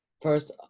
first